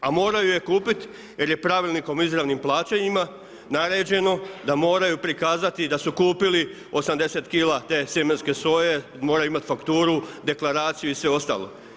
A moraju je kupiti jer je Pravilnikom o izravnim plaćanjima naređeno da moraju prikazati da su kupili 80 kila te sjemenske soje, moraju imati fakturu, deklaraciju i sve ostalo.